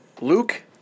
Luke